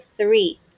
three